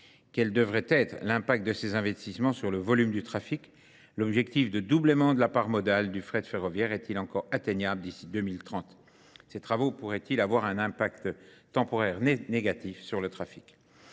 Quel devrait être l'impact de ces investissements sur le volume du trafic ? L'objectif de doublément de la part modale du fret ferroviaire est-il encore atteignable d'ici 2030 ? Ces travaux pourraient-ils avoir un impact temporaire négatif sur le trafic ?